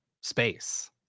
space